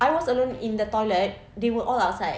I was alone in the toilet they were all outside